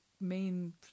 main